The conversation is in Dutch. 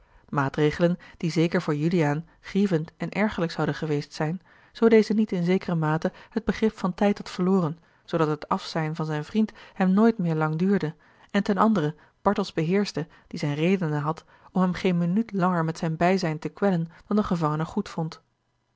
maatregelen die zeker voor juliaan grievend en ergerlijk zouden geweest zijn zoo deze niet in zekere mate het begrip van tijd had verloren zoodat het afzijn van zijn vriend hem nooit meer lang duurde en ten andere bartels beheerschte die zijne redenen had om hem geen minuut langer met zijn bijzijn te kwellen dan de gevangene goed vond